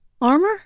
armor